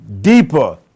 deeper